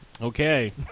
Okay